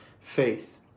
faith